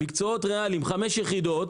מקצועות ריאליים בחמש יחידות,